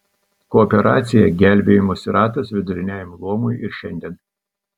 kooperacija gelbėjimosi ratas viduriniajam luomui ir šiandien